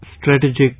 strategic